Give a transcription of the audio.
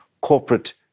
corporate